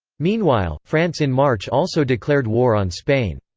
meanwhile, france in march also declared war on spain.